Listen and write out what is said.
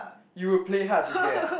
you would play hard to get